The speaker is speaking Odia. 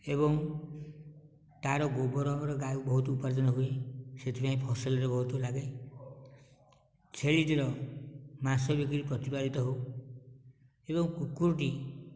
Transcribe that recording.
ଏବଂ ତାର ଗୋବର ଆମର ଗା ବହୁତ ଉପାର୍ଜନ ହୁଏ ସେଥିପାଇଁ ଫସଲରେ ବହୁତ ଲାଗେ ଛେଳିଟିର ମାଂସ ବିକି ପ୍ରତିପାଳିତ ହେଉ ଏବଂ କୁକୁରଟି